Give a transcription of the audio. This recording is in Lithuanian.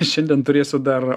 šiandien turėsiu dar